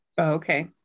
Okay